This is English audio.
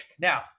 Now